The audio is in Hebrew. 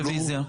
רביזיה.